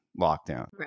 lockdown